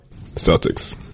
Celtics